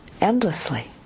endlessly